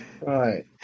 Right